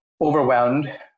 overwhelmed